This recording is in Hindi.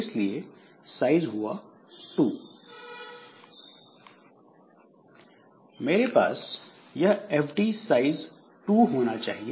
इसलिए साइज हुआ 2 मेरे पास यह fd साइज 2 होना चाहिए